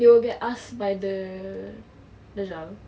they will get asked by the dajjal